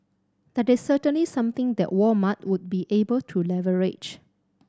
that is certainly something that Walmart would be able to leverage